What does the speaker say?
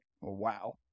wow